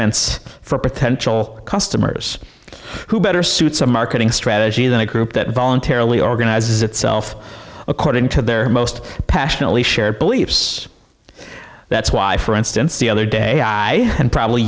ments for potential customers who better suits a marketing strategy than a group that voluntarily organizes itself according to their most passionately shared beliefs that's why for instance the other day and probably